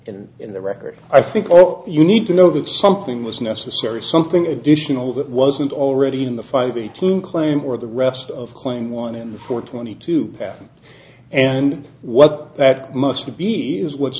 in in the record i think all you need to know that something was necessary something additional that wasn't already in the five a team claim or the rest of claim one in the four twenty two patent and what that must be is what